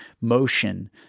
motion